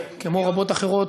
כמו רבות אחרות,